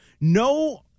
No